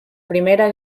primera